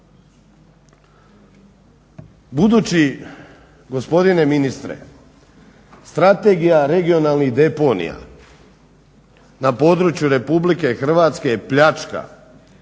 Budući gospodine ministre, Strategija regionalnih deponija na području RH je pljačka.